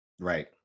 right